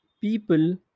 people